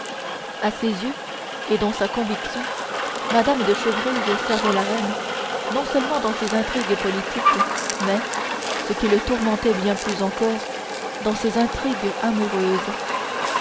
à ses yeux et dans sa conviction mme de chevreuse servait la reine non seulement dans ses intrigues politiques mais ce qui le tourmentait bien plus encore dans ses intrigues amoureuses